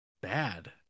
bad